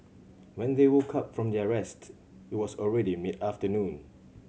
when they woke up from their rest it was already mid afternoon